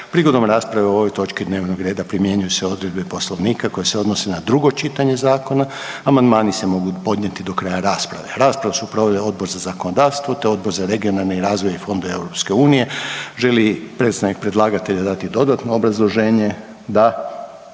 Prigodom rasprave o ovoj točki dnevnog reda primjenjuju se odredbe Poslovnika koje se odnose na drugo čitanje zakona. Amandmani se mogu podnijeti do kraja rasprave. Raspravu su proveli Odbor za zakonodavstvo te Odbor za regionalni razvoj i fondove EU. Želi li predstavnik predlagatelja dati dodatno obrazloženje? Da.